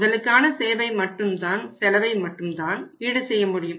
முதலுக்கான செலவை மட்டும் தான் ஈடு செய்ய முடியும்